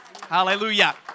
Hallelujah